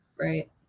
Right